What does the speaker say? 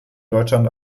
deutschland